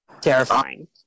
terrifying